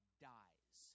Dies